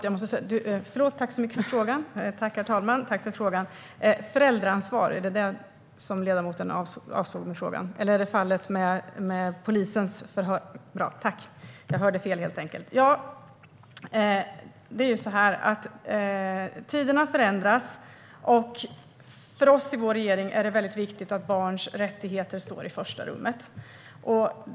Herr talman! Tiderna förändras. För oss i regeringen är det viktigt att barns rättigheter står i första rummet.